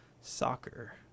Soccer